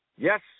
Yes